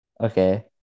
Okay